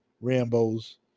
Rambo's